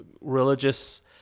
religious